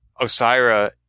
Osira